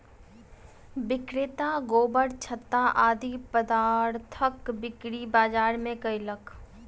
विक्रेता गोबरछत्ता आदि पदार्थक बिक्री बाजार मे कयलक